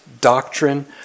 doctrine